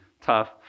tough